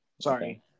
Sorry